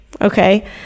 Okay